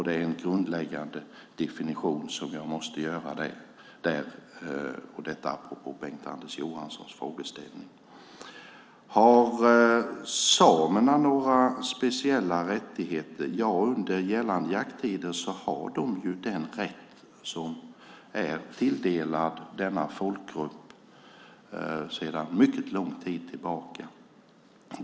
Det är en grundläggande definition som jag måste göra apropå Bengt-Anders Johanssons frågeställning. Har samerna några speciella rättigheter? Ja, under gällande jakttider har de den rätt som är tilldelad denna folkgrupp sedan mycket lång tid tillbaka.